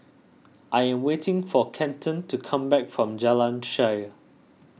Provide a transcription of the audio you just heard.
I am waiting for Kenton to come back from Jalan Shaer